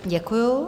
Děkuju.